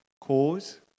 cause